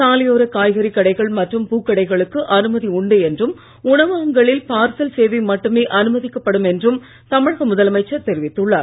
சாலையோர காய்கறி கடைகள் மற்றும் பூக்கடைகளுக்கு அனுமதி உண்டு என்றும் உணவகங்களில் பார்சல் சேவை மட்டுமே அனுமதிக்கப்படும் என்றும் தமிழக முதலமைச்சர் தெரிவித்துள்ளார்